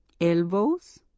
elbows